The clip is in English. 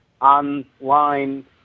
online